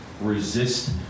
Resist